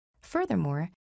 Furthermore